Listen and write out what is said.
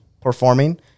performing